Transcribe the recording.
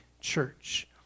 church